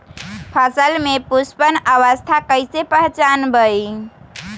फसल में पुष्पन अवस्था कईसे पहचान बई?